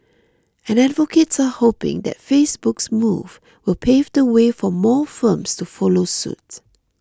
and advocates are hoping that Facebook's move will pave the way for more firms to follow suit